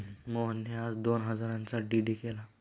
मोहनने आज दोन हजारांचा डी.डी केला